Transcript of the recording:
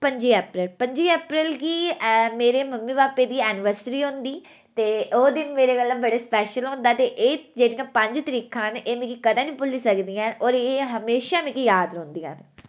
पं'जी अप्रैल पं'जी अप्रैल गी मेरे मम्मी भापै दी एनीवर्सरी होंदी ते ओह् दिन मेरे गल्ला स्पेशल होंदा ते एह् जेह्ड़ियां पंज तरीकां न एह् मिगी कदें निं भुल्ली सकदियां होर एह् हमेशा मिगी याद रौंह्दियां न